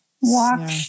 walk